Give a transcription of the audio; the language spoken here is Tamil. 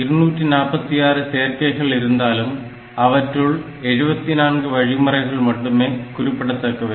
246 சேர்க்கைகள் இருந்தாலும் அவற்றுள் 74 வழிமுறைகள் மட்டுமே குறிப்பிடுடத்தக்கவை